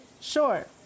sure